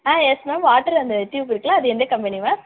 ஆ yes ma'am water அந்த tube இருக்குதுல அது எந்த கம்பெனி மேம்